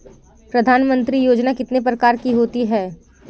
प्रधानमंत्री योजना कितने प्रकार की होती है?